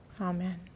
Amen